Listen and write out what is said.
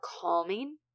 calming